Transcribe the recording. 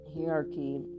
hierarchy